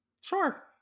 Sure